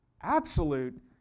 absolute